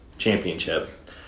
championship